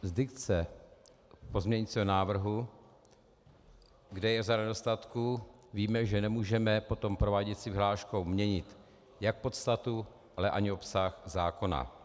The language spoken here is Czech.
Z dikce pozměňovacího návrhu, kde je řada nedostatků, víme, že nemůžeme potom prováděcí vyhláškou měnit jak podstatu, ale ani obsah zákona.